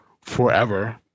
forever